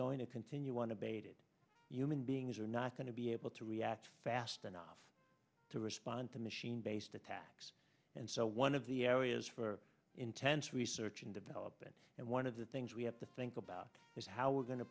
going to continue unabated human beings are not going to be able to react fast enough to respond to machine based attacks and so one of the areas for intense research and development and one of the things we have to think about is how we're go